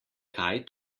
kaj